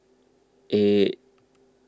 eight